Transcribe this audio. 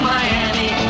Miami